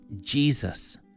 Jesus